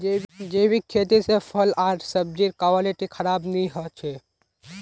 जैविक खेती से फल आर सब्जिर क्वालिटी खराब नहीं हो छे